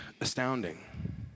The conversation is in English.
astounding